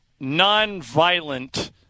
nonviolent